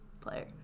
player